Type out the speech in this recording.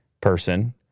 person